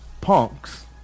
punks